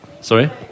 Sorry